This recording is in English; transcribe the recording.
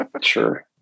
sure